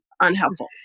unhelpful